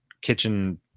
kitchen